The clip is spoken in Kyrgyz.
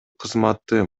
кызматты